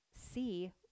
see